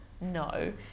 No